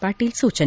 ಪಾಟೀಲ್ ಸೂಚನೆ